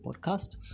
Podcast